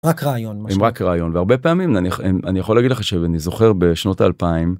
רק רעיון רק רעיון והרבה פעמים אני יכול להגיד לך שאני זוכר בשנות האלפיים.